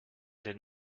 den